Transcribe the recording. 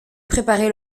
préparer